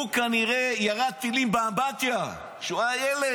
הוא כנראה ירה טילים באמבטיה כשהוא היה ילד.